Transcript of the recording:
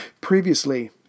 Previously